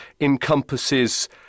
encompasses